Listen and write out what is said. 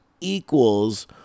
equals